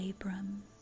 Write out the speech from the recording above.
Abram